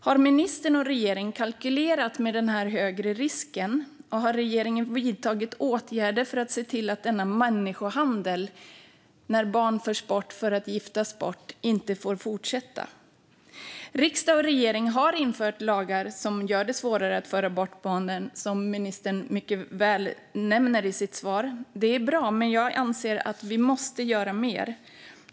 Har ministern och regeringen kalkylerat med denna högre risk, och har regeringen vidtagit åtgärder för att se till att denna människohandel, där barn förs bort för att bli bortgifta, inte får fortsätta? Riksdag och regering har infört lagar som gör det svårare att föra bort barnen, som ministern nämner i sitt svar. Det är bra, men jag anser att vi måste göra mer.